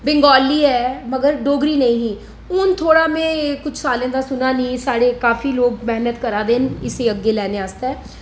बंगाली ऐ मगर डोगरी नेईं ही हून में थोह्ड़ा कुछ सालें दा सुना दी साढ़े काफी लोग मेहनत करा दे ना इसी अग्गै लेने आस्तै